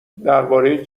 درباره